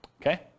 Okay